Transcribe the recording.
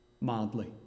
Mildly